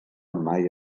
mai